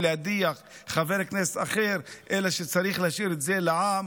להדיח חבר כנסת אחר אלא שצריך להשאיר את זה לעם,